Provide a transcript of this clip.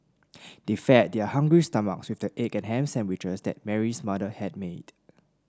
they fed their hungry stomachs with the egg and ham sandwiches that Mary's mother had made